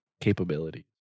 capability